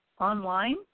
online